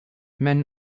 men